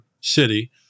city